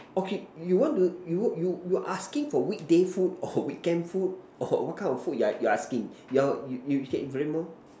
okay you want to you you you asking for weekday food or weekend food or what kind of food you're you're asking you're you can elaborate more